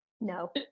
No